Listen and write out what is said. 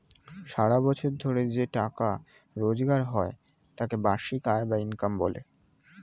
সারা বছর ধরে যে টাকা রোজগার হয় তাকে বার্ষিক আয় বা ইনকাম বলে